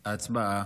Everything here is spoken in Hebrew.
הצבעה.